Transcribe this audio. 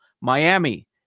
Miami